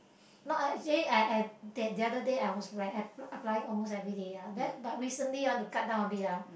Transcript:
not actually I I that the other day I was like app~ applying almost everyday lah then but recently I want to cut down a bit lah